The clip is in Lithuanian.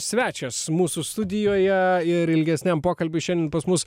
svečias mūsų studijoje ir ilgesniam pokalbiui šiandien pas mus